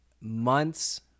months